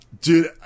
Dude